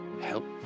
help